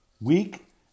weak